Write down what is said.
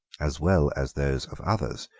as well as those of others,